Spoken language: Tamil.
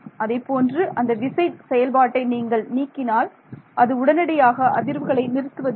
அதே போன்று அந்த விசை செயல்பாட்டை நீங்கள் நீக்கினால் அது உடனடியாக அதிர்வுகளை நிறுத்துவது இல்லை